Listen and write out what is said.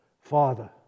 Father